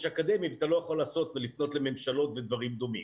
אקדמי ואתה לא יכול לעשות ולפנות לממשלות ודברים דומים.